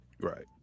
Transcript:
Right